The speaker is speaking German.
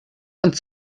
und